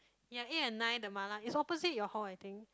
ya eight and nine the mala is opposite your hall I think